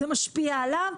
זה משפיע עליו,